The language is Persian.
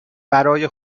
برای